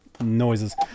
noises